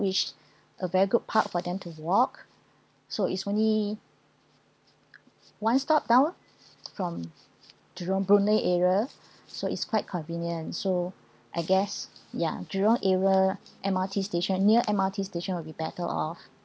which a very good park for them to walk so it's only one stop down lor from jurong boon lay area so it's quite convenient so I guess ya jurong area M_R_T station near M_R_T station will be better off